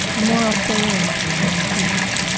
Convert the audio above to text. a moral failing to be born female.